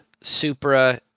Supra